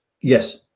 Yes